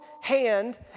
hand